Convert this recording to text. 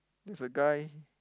there's a guy